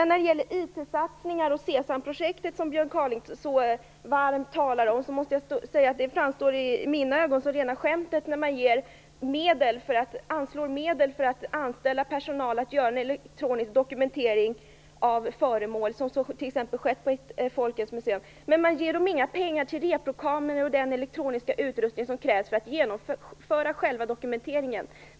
När det gäller IT-satsningar och Sesamprojektet, som Björn Kaaling talar så varmt om, måste jag säga att det i mina ögon framstår som rena skämtet. Man anslår medel för att anställa personal för att göra en elektronisk dokumentering av föremål, vilket t.ex. skett på Folkens museum, men man ger dem inga pengar till reprokameror eller den elektroniska utrustning som krävs för att genomföra själva dokumenteringen.